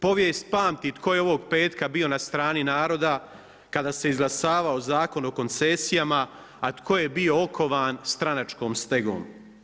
Povijest pamti tko je ovog petka bio na strani naroda kada se izglasavao Zakon o koncesijama, a tko je bio okovan stranačkom stegom.